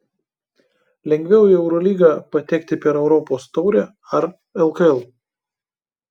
lengviau į eurolygą patekti per europos taurę ar lkl